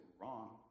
wrong